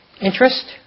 interest